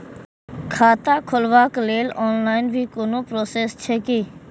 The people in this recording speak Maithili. खाता खोलाबक लेल ऑनलाईन भी कोनो प्रोसेस छै की?